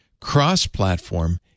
cross-platform